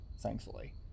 thankfully